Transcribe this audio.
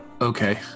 Okay